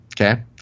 okay